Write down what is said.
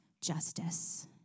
justice